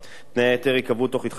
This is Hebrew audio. תנאי ההיתר ייקבעו תוך התחשבות,